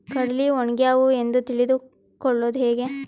ಕಡಲಿ ಒಣಗ್ಯಾವು ಎಂದು ತಿಳಿದು ಕೊಳ್ಳೋದು ಹೇಗೆ?